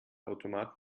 automat